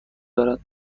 دارد